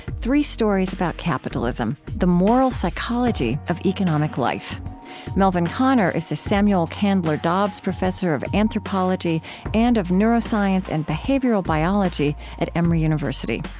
three stories about capitalism the moral psychology of economic life melvin konner is the samuel candler dobbs professor of anthropology and of neuroscience and behavioral biology at emory university.